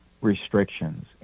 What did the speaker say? restrictions